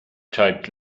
typed